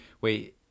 wait